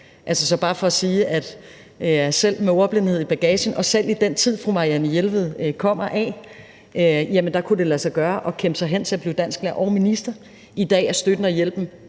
er bare for at sige, at selv med ordblindhed i bagagen og selv i den tid, som fru Marianne Jelved er rundet af, har det kunnet lade sig gøre at kæmpe sig frem til at blive først dansklærer og siden minister. I dag er støtten og hjælpen